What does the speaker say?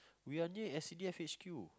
we are near S_C_D_F H_Q